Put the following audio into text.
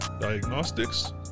diagnostics